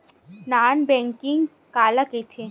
Non banking काला कइथे?